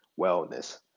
wellness